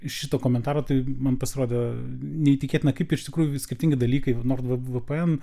iš šito komentaro tai man pasirodė neįtikėtina kaip iš tikrųjų skirtingi dalykai nuo vpn